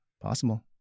possible